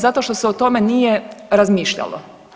Zato što se o tome nije razmišljalo.